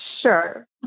sure